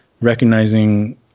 recognizing